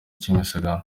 kimisagara